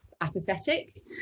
apathetic